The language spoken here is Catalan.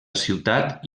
ciutat